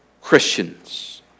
Christians